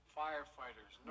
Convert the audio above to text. firefighters